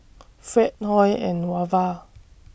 Fred Hoy and Wava